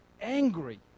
angry